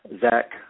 Zach